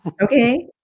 Okay